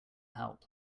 help